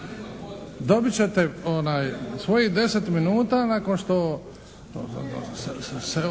Dobit ćete svojih 10 minuta nakon što…